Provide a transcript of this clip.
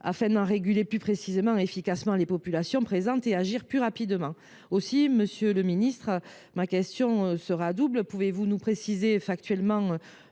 afin d’en réguler plus précisément et efficacement les populations présentes et agir plus rapidement. Monsieur le ministre, ma question est double. Pouvez vous nous préciser davantage